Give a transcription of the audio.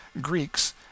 Greeks